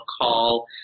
call